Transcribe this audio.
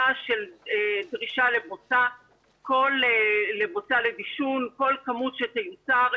של דרישה לבוצה לדישון וכל כמות שתיוצר,